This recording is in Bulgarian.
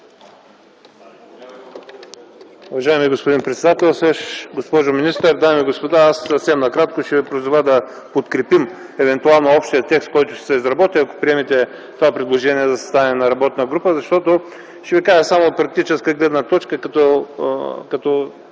Уважаеми господин председателстващ, госпожо министър, дами и господа! Аз съвсем накратко ще ви призова да подкрепим евентуално общия текст, който ще се изработи, ако приемете това предложение за съставяне на работна група. Защото ще ви кажа само от практическа гледна точка като